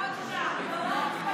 אזרחותו או תושבותו של פעיל טרור שמקבל